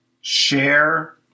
share